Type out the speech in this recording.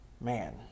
Man